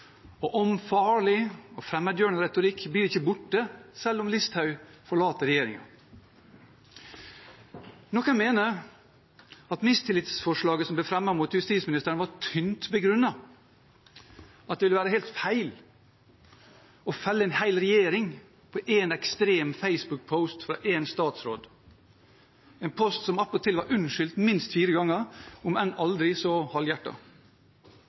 en farlig og fremmedgjørende retorikk blir ikke borte selv om Sylvi Listhaug forlater regjeringen. Noen mener at mistillitsforslaget som ble fremmet mot justisministeren, var tynt begrunnet, og at det ville være helt feil å felle en hel regjering på én ekstrem Facebook-post fra én statsråd, en post som attpåtil ble unnskyldt minst fire ganger, om enn aldri så